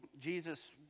Jesus